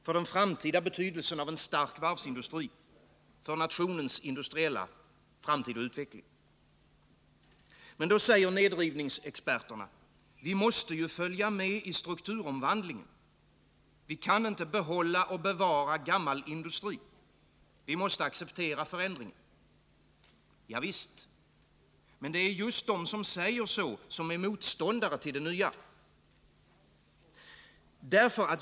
För den framtida betydelsen av en stark varvsindustri. För nationens industriella framtid och utveckling. Men då säger nedrivningsexperterna: Vi måste följa med i strukturomvandlingen. Vi kan inte behålla och bevara gammal industri. Vi måste acceptera förändringar. Ja visst. Men det är just de som säger så som är motståndare till det nya.